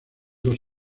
dos